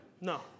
no